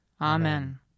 Amen